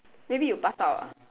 maybe you pass out ah